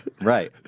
Right